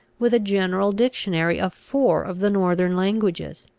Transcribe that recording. with a general dictionary of four of the northern languages.